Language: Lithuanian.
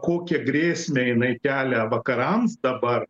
kokią grėsmę jinai kelia vakarams dabar